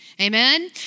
amen